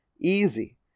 easy